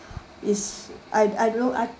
is I I don't know I